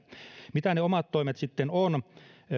mitä ne omat toimet sitten ovat